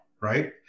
right